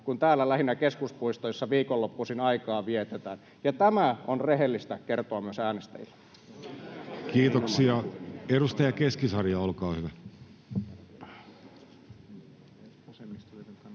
kun täällä lähinnä keskuspuistoissa viikonloppuisin aikaa vietetään, ja tämä on rehellistä kertoa myös äänestäjille. [Speech 69] Speaker: Jussi Halla-aho